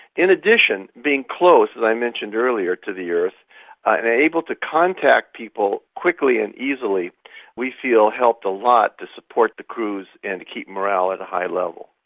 in addition, being close, as i mentioned earlier, to the earth and able to contact people quickly and easily we feel helped a lot to support the crews and keep morale at a high level.